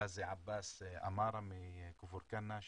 גאזי עבאס אמארה מכפר כנא.